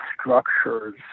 structures